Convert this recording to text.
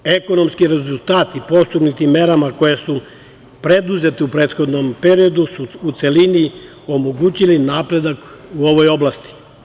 Ekonomski rezultati postignutim merama, preduzete u prethodnom periodu su u celini omogućile napredak u ovoj oblasti.